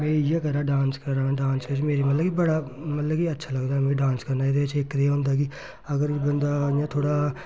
में इ'यै करां डांस करां डांस बिच्च मेरी मतलब बड़ा मतलब कि अच्छा लगदा मिगी डांस करने एह्दे च इक ते एह् होंदा कि अगर बंदा इ'यां थोह्ड़ा